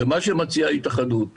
ההתאחדות מציעה,